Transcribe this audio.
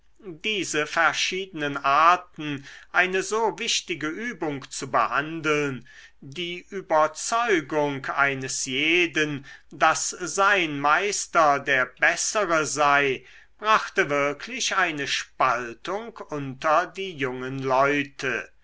diese verschiedenen arten eine so wichtige übung zu behandeln die überzeugung eines jeden daß sein meister der bessere sei brachte wirklich eine spaltung unter die jungen leute